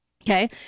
Okay